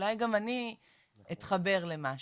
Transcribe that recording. אולי גם אני אתחבר למשהו.